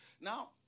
now